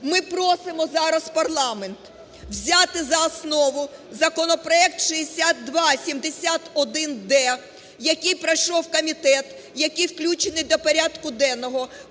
ми просимо зараз парламент взяти за основу законопроект 6271-д, який пройшов комітет, який включений до порядку денного.